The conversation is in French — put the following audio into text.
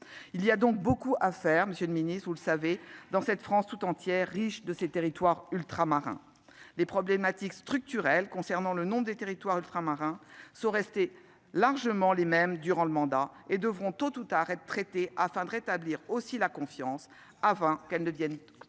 Il y a donc beaucoup à faire, monsieur le ministre, dans cette France tout entière, riche de ses territoires ultramarins. Les problématiques structurelles concernant nombre de territoires ultramarins sont restées largement les mêmes durant le mandat. Elles devront être traitées tôt ou tard afin de rétablir aussi la confiance, avant que celle-ci ne soit